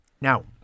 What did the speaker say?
now